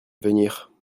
venir